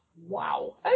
Wow